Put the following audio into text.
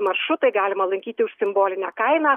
maršrutai galima laikyti už simbolinę kainą